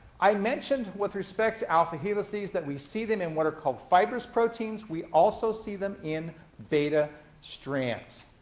i mentioned, with respect to alpha helices, that we see them in what are called fibrous proteins. we also see them in beta strands.